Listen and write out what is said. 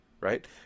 right